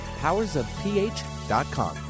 powersofph.com